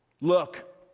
Look